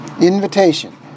Invitation